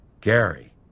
Gary